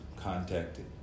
contacted